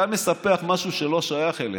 אתה מספח משהו שלא שייך אליך.